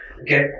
okay